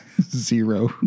Zero